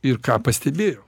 ir ką pastebėjau